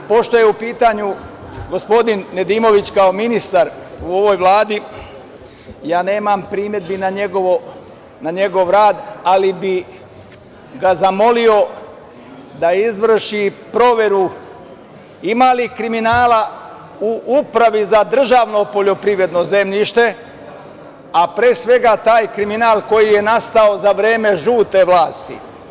Pošto je u pitanju gospodin Nedimović kao ministar u ovoj Vladi, ja nemam primedbi na njegovo rad, ali bi ga zamolio da izvrši proveru, ima li kriminala u upravi za državno poljoprivredno zemljište, a pre svega taj kriminal koji je nastao za vreme žute vlasti.